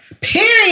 Period